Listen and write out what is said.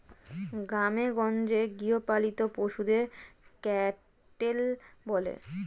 গ্রামেগঞ্জে গৃহপালিত পশুদের ক্যাটেল বলে